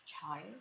child